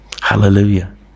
Hallelujah